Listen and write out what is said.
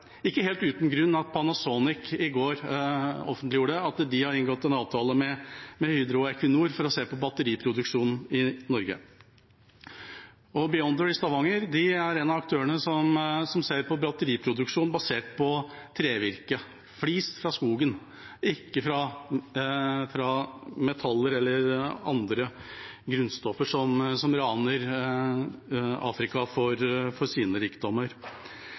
ikke helt uten grunn at Panasonic i går offentliggjorde at de har inngått en avtale med Hydro og Equinor for å se på batteriproduksjon i Norge. Beyonder i Stavanger er en av aktørene som ser på batteriproduksjon basert på trevirke – flis fra skogen, ikke fra metaller eller andre grunnstoffer som raner Afrika for dets rikdommer.